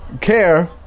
Care